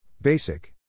Basic